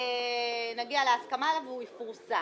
נגיע עליו להסכמה והוא יפורסם,